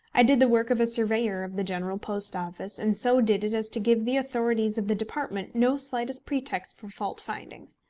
i did the work of a surveyor of the general post office, and so did it as to give the authorities of the department no slightest pretext for fault-finding.